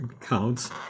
counts